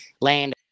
land